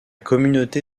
communauté